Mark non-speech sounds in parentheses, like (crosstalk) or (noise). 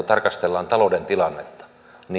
(unintelligible) tarkastellaan talouden tilannetta